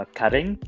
cutting